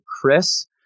Chris